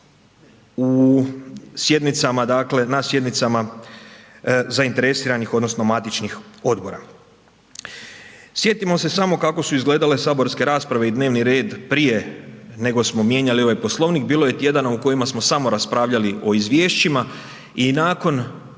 u sjednicama dakle, na sjednicama zainteresiranih odnosno matičnih Odbora. Sjetimo se samo kako su izgledale saborske rasprave i dnevni red prije nego smo mijenjali ovaj Poslovnik, bilo je tjedana u kojima smo samo raspravljali o Izvješćima, i nakon